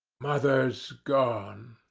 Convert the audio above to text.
mother's gone.